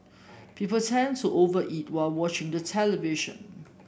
people tend to over eat while watching the television